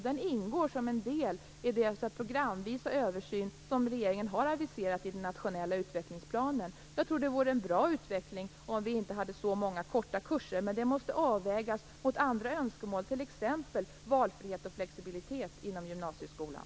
Det ingår som en del i den programvisa översyn som regeringen har aviserat i den nationella utvecklingsplanen. Jag tror att det vore en bra utveckling om vi inte hade så många korta kurser, men det måste avvägas mot andra önskemål, t.ex. valfrihet och flexibilitet inom gymnasieskolan.